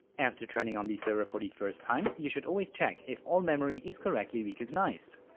after turning on the server for the first time you should always check if all memory is correctly recognized.